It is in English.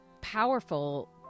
powerful